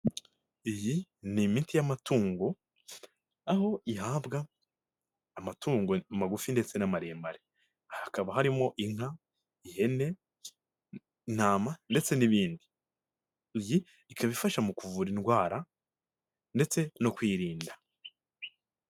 Iyi ni imiti y'amatungo aho ihabwa amatungo magufi ndetse n'amaremare, hakaba harimo inka, ihene, intama ndetse n'ibindi, iyi ikaba ifasha mu kuvura indwara ndetse no kuyirinda.